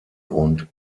und